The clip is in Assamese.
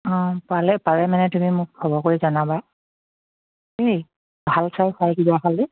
অঁ পালে পালে মানে তুমি মোক খবৰ কৰি জনাবা দেই ভাল চাই চাই কিবা খালি